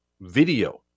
video